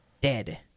dead